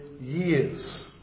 years